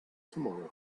tomorrow